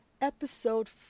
Episode